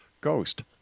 ghost